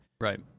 Right